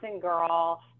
girl